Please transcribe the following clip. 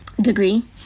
degree